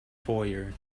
foyer